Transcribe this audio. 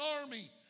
army